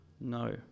No